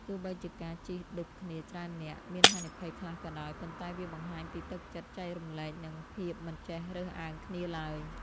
ទោះបីជាការជិះឌុបគ្នាច្រើននាក់មានហានិភ័យខ្លះក៏ដោយប៉ុន្តែវាបង្ហាញពីទឹកចិត្តចែករំលែកនិងភាពមិនចេះរើសអើងគ្នាឡើយ។